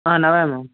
ಹಾಂ ನಾವೇ ಮ್ಯಾಮ್